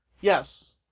Yes